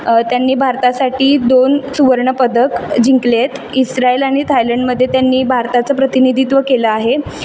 त्यांनी भारतासाठी दोन सुवर्णपदक जिंकले आहेत इजरायल आणि थायलंडमध्ये त्यांनी भारताचं प्रतिनिधित्व केलं आहे